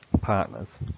partners